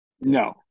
no